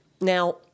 Now